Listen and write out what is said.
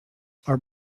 are